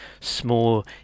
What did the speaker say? small